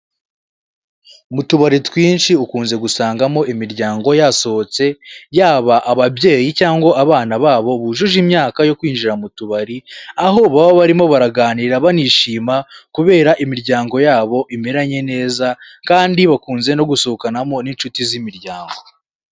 Mutubari twinshi ukunze gusangamo imiryango yasohotse, yab' ababyeyi ,cyangwa abana babo bujuj' imyaka, yo kwinjira mutubari , aho baba barimo baraganira banishima ,kuber' imiryango yab' imeranye neza kandi bakunze gusohokanamo n'inshuti z'umuryango.